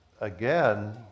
again